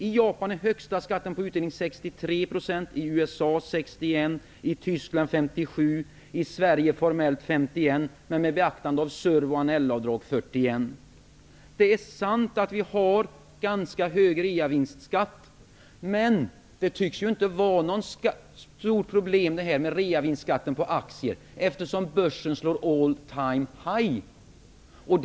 I 41 %. Det är sant att vi har ganska hög reavinstskatt på aktier, men det tycks ju inte vara något stort problem eftersom kurserna på börsen slår all-time-high-rekord.